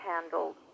handled